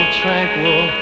tranquil